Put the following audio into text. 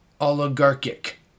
oligarchic